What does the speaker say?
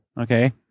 Okay